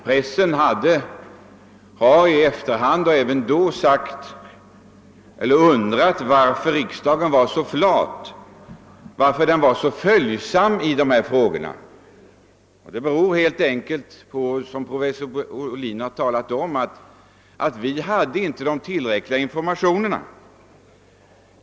Pressen har i efterhand undrat varför riksdagen var så flat och följsam i dessa frågor. Det berodde helt enkelt på, som professor Ohlin har talat om, att vi inte hade tillräckligt med informationer.